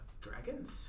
Dragons